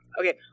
Okay